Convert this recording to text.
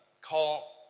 call